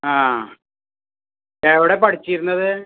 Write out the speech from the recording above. ആ എവിടെ പഠിച്ചിരുന്നത്